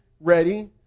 ready